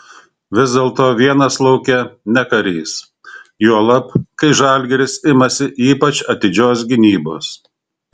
vis dėlto vienas lauke ne karys juolab kai žalgiris imasi ypač atidžios gynybos